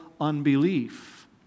unbelief